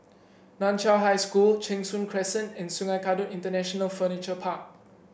Nan Chiau High School Cheng Soon Crescent and Sungei Kadut International Furniture Park